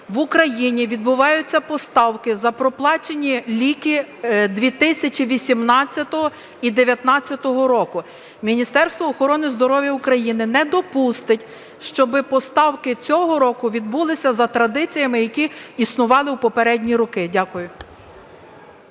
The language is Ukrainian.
в Україні відбуваються поставки за проплачені ліки 2018-го і 2019-го року. Міністерство охорони здоров'я України не допустить, щоби поставки цього року відбулися за традиціями, які існували у попередні роки. Дякую.